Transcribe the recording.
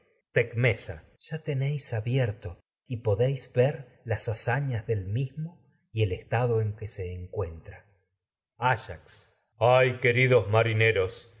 ñas ya tenéis abierto y podéis ver las haza del mismo y el estado queridos en que se encuentra entre áyax ay marineros